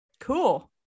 cool